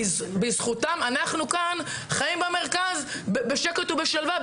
בזכותם אנחנו חיים במרכז בשקט ובשלווה,